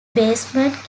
basement